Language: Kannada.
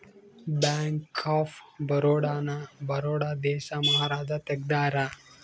ಬ್ಯಾಂಕ್ ಆಫ್ ಬರೋಡ ನ ಬರೋಡ ದೇಶದ ಮಹಾರಾಜ ತೆಗ್ದಾರ